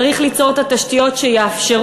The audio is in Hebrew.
צריך ליצור את התשתיות שיאפשרו.